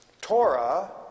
Torah